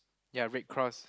ya red cross